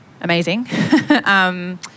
amazing